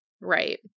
Right